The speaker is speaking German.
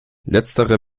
letztere